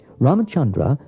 ramchandra,